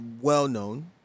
well-known